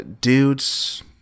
Dude's